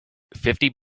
fifty